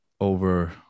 over